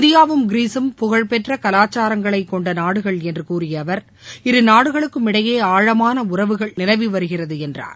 இந்தியாவும் கிரீஸும் புகழ்பெற்ற கலாச்சாரங்களை கொண்ட நாடுகள் என்று கூறிய அவர் இருநாடுகளுக்கும் இடையே ஆழமான உறவுகள் நிலவி வருகிறது என்றார்